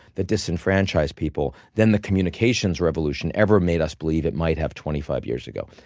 that disenfranchise people, than the communications revolution ever made us believe it might have twenty five years ago.